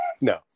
No